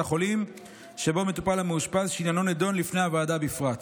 החולים שבו מטופל המאושפז שעניינו נדון לפני הוועדה בפרט.